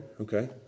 okay